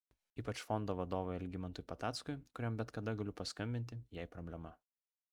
ypač fondo vadovui algimantui patackui kuriam bet kada galiu paskambinti jei problema